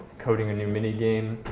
coding a new minigame.